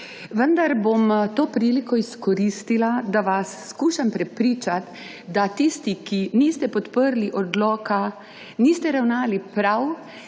Vendar bom to priliko izkoristila, da vas skušam prepričati, da tisti, ki niste podprli odloka, niste ravnali prav